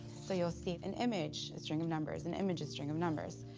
so you'll see an image, a string of numbers, an image, a string of numbers.